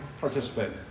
participate